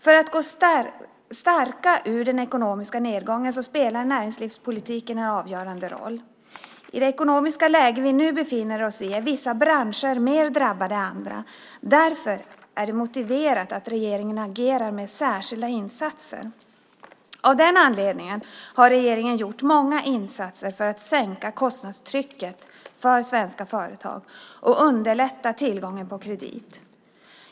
För att vi ska kunna gå starka ur den ekonomiska nedgången spelar näringspolitiken en avgörande roll. I det ekonomiska läge vi befinner oss i är vissa branscher mer drabbade än andra. Därför är det motiverat att regeringen agerar med särskilda insatser. Av den anledningen har regeringen gjort många insatser för att sänka kostnadstrycket för svenska företag och underlätta tillgången på krediter.